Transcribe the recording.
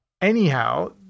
Anyhow